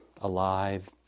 alive